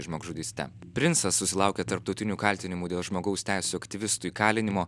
žmogžudyste princas susilaukė tarptautinių kaltinimų dėl žmogaus teisių aktyvistų įkalinimo